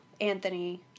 Anthony